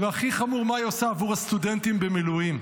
והכי חמור, מה היא עושה עבור הסטודנטים במילואים?